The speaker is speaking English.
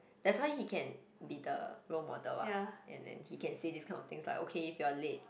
that's why he can be the role model what and then he can say these kind of things like okay if you are late